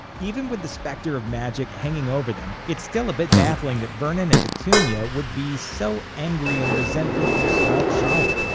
even with the specter of magic hanging over them, it's still a bit baffling that vernon and petunia would be so angry and resentful to a small child.